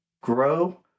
grow